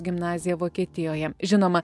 gimnaziją vokietijoje žinoma